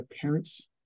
parents